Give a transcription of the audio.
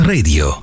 Radio